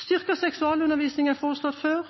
Styrket seksualundervisning er foreslått før.